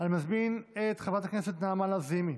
אני מזמין את חברת הכנסת נעמה לזימי,